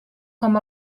com